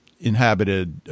inhabited